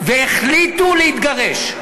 והחליטו להתגרש,